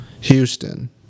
Houston